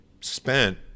spent